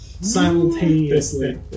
Simultaneously